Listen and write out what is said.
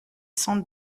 cent